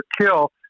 kill